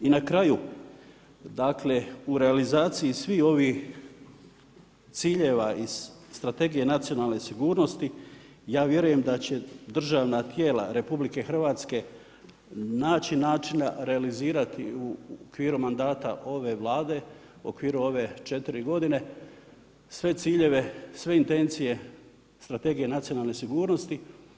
I na kraju, dakle u realizaciji svih ovih ciljeva iz Strategije nacionalne sigurnosti ja vjerujem da će državna tijela RH naći načina realizirati u okviru mandata ove Vlade u okviru ove četiri godine sve ciljeve, sve intencije Strategije nacionalne sigurnosti.